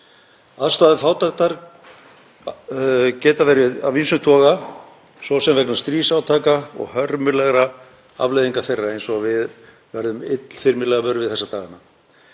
Ástæður fátæktar geta verið af ýmsum toga, svo sem vegna stríðsátaka og hörmulegra afleiðingar þeirra, eins og við verðum illþyrmilega vör við þessa dagana.